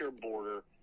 border